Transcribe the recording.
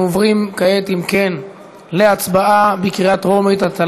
אנחנו עוברים כעת להצבעה בקריאה טרומית על